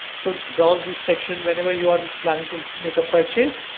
so browse this section whenever you are planning to make a purchase,